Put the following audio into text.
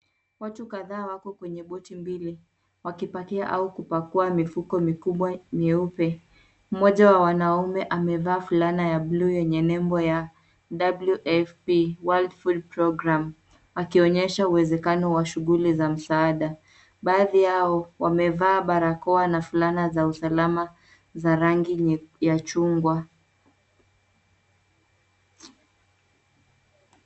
Watu kadhaa wako kwenye boti mbili wakipakia au kupakua mifuko mikubwa mieupe. Mmoja wa wanaume amevaa fulana ya buluu yenye nembo ya WFP World Food Programme akionyesha uwezekano wa shughuli za msaada. Baadhi yao wamevaa barakoa na fulana za usalama za rangi ya chungwa.